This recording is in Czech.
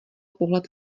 pohled